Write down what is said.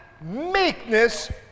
meekness